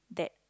that